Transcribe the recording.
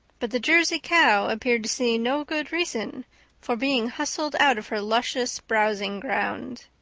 but the jersey cow appeared to see no good reason for being hustled out of her luscious browsing ground.